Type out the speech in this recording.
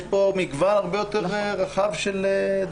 יש פה מגוון הרבה יותר רחב של דברים.